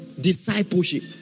Discipleship